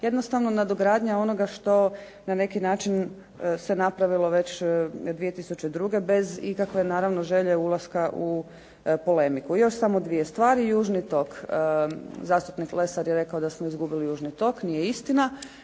jednostavno nadogradnja onoga što se na neki način se napravilo 2002. bez ikakve želje ulaska u polemiku. Još samo dvije stvari, Južni tok. Zastupnik Lesar je rekao da smo izgubili Južni tok, nije istina,